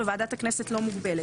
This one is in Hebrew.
וועדת הכנסת לא מוגבלת.